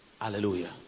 Hallelujah